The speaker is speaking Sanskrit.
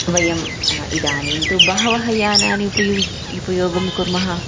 वयम् इदानीं तु बहवः यानानि उपयोगं युपयोगं कुर्मः